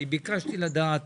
אני ביקשתי לדעת